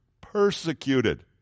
persecuted